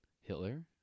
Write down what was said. Hitler